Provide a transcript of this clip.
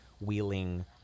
wheeling